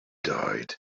died